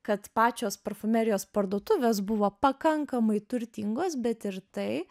kad pačios parfumerijos parduotuvės buvo pakankamai turtingos bet ir tai